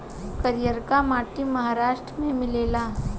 करियाका माटी महाराष्ट्र में मिलेला